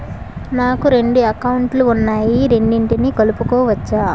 నాకు రెండు అకౌంట్ లు ఉన్నాయి రెండిటినీ కలుపుకోవచ్చా?